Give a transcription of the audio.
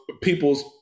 people's